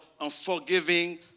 unforgiving